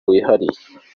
wihariye